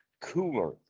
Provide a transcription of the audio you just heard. cooler